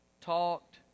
talked